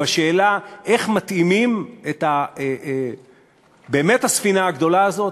בשאלה איך מתאימים באמת את הספינה הגדולה הזאת,